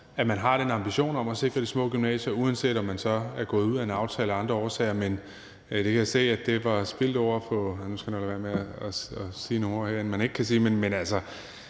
at man har den ambition om at sikre de små gymnasier, uanset om man så er gået ud af en aftale af andre årsager. Men jeg kan se, at det var spildte ord på – nu skal jeg nok lade være med at sige nogle ord herinde, man ikke kan sige. Men altså,